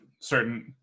certain